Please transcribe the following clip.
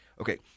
Okay